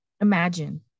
Imagine